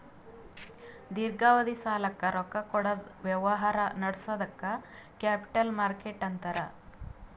ದೀರ್ಘಾವಧಿ ಸಾಲಕ್ಕ್ ರೊಕ್ಕಾ ಕೊಡದ್ ವ್ಯವಹಾರ್ ನಡ್ಸದಕ್ಕ್ ಕ್ಯಾಪಿಟಲ್ ಮಾರ್ಕೆಟ್ ಅಂತಾರ್